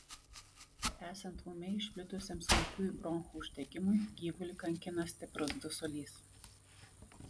esant ūmiai išplitusiam smulkiųjų bronchų uždegimui gyvulį kankina stiprus dusulys